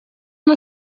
una